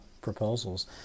proposals